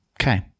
Okay